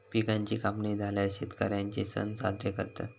पिकांची कापणी झाल्यार शेतकर्यांचे सण साजरे करतत